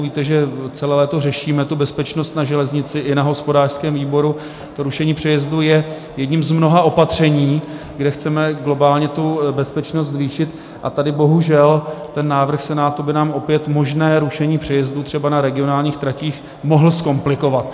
Protože celé léto řešíme bezpečnost na železnici, i na hospodářském výboru, to rušení přejezdů je jedním z mnoha opatření, kde chceme globálně bezpečnost zvýšit, a tady bohužel návrh Senátu by nám opět možné rušení přejezdů třeba na regionálních tratích mohl zkomplikovat.